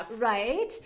Right